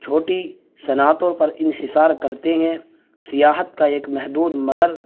چھوٹی صنعتوں پر انحصار کرتے ہیں سیاحت کا ایک محدود مگر